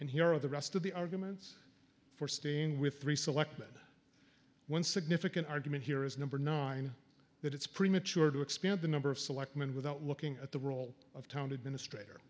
and here are the rest of the arguments for staying with three selectmen one significant argument here is number nine that it's premature to expand the number of selectmen without looking at the role of town administ